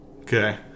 Okay